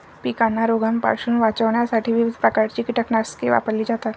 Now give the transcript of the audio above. पिकांना रोगांपासून वाचवण्यासाठी विविध प्रकारची कीटकनाशके वापरली जातात